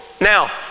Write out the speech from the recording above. now